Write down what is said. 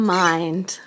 mind